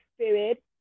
spirit